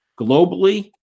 globally